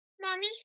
Mommy